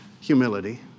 Humility